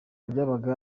byabaga